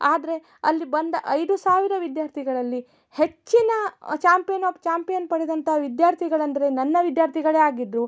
ಆದರೆ ಅಲ್ಲಿ ಬಂದ ಐದು ಸಾವಿರ ವಿದ್ಯಾರ್ಥಿಗಳಲ್ಲಿ ಹೆಚ್ಚಿನ ಚಾಂಪಿಯನ್ ಆಫ್ ಚಾಂಪಿಯನ್ ಪಡೆದಂಥ ವಿದ್ಯಾರ್ಥಿಗಳಂದರೆ ನನ್ನ ವಿದ್ಯಾರ್ಥಿಗಳೇ ಆಗಿದ್ದರು